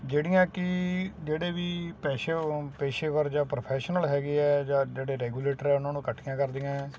ਜਿਹੜੀਆਂ ਕਿ ਜਿਹੜੇ ਵੀ ਪੇਸ਼ੇ ਪੇਸ਼ੇਵਰ ਜਾਂ ਪ੍ਰੋਫੈਸ਼ਨਲ ਹੈਗੇ ਹੈ ਜਾਂ ਜਿਹੜੇ ਰੈਗੂਲੇਟਰ ਹੈ ਉਨ੍ਹਾਂ ਨੂੰ ਇਕੱਠੀਆਂ ਕਰਦੀਆਂ ਹੈ